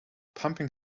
pumping